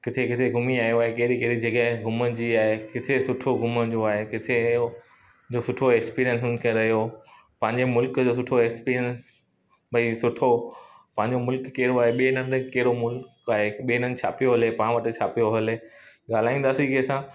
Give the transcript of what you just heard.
किथे किथे घुमी आयो आहे कहिड़ी कहिड़ी जॻह आहे घुमण जी आहे किथे सुठो घुमण जो आहे किथे जो सुठो एक्सपीरिएंस उनखे रहियो पंहिंजे मुल्क़ जो सुठो एक्सपीरिएंस भई सुठो पंहिंजो मुल्क कहिड़ो आहे ॿिए हंधि कहिड़ो मुल्क़ आहे ॿिए हंधि छा पियो हले पाण वटि छा पियो हले ॻाल्हाईंदासीं कंहिंसां